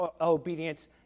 obedience